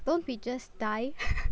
don't we just die